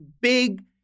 big